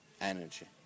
energy